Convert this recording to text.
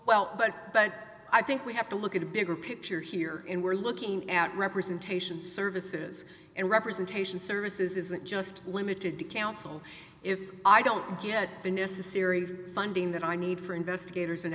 well but but i think we have to look at the bigger picture here and we're looking at representation services and representation services isn't just limited to counsel if i don't get the necessary funding that i need for investigators